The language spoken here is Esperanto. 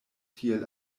tiel